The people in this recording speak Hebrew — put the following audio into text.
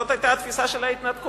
זאת היתה התפיסה של ההתנתקות.